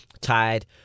tied